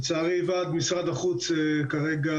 לצערי ועד משרד החוץ כרגע